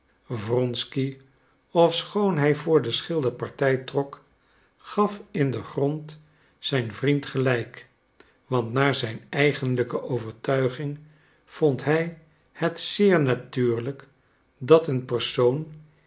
wronsky ofschoon hij voor den schilder partij trok gaf in den grond zijn vriend gelijk want naar zijn eigenlijke overtuiging vond hij het zeer natuurlijk dat een persoon